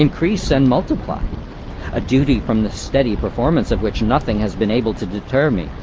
increase and multiply a duty from the steady performance of which nothing has been able to deter me,